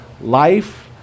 life